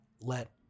let